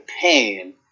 pain